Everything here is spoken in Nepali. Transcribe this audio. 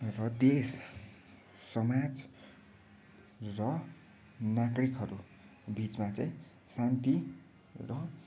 र देश समाज र नागरिकहरू बिचमा चाहिँ शान्ति र